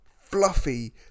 fluffy